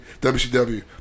WCW